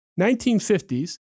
1950s